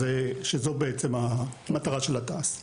שזו בעצם מטרת התע"ס.